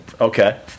Okay